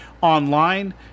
online